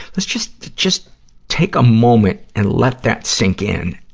let's just, just take a moment and let that sink in.